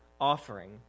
offering